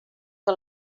que